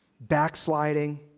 backsliding